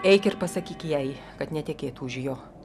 eik ir pasakyk jai kad netekėtų už jo